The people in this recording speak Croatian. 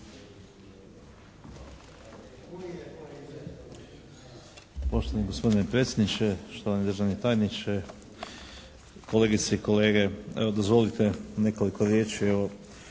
Poštovani gospodine predsjedniče, štovani državni tajniče, kolegice i kolege. Evo dozvolite nekoliko riječi o